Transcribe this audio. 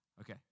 Okay